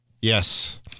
Yes